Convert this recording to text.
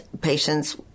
patients